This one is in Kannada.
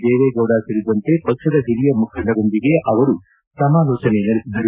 ದೇವೇಗೌಡ ಸೇರಿದಂತೆ ಪಕ್ಷದ ಹಿರಿಯ ಮುಖಂಡರೊಂದಿಗೆ ಅವರು ಸಮಾಲೋಚನೆ ನಡೆಸಿದರು